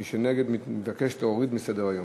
מי שנגד, מבקש להוריד מסדר-היום.